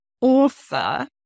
author